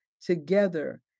together